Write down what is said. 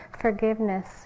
forgiveness